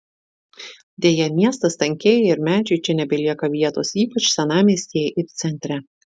deja miestas tankėja ir medžiui čia nebelieka vietos ypač senamiestyje ir centre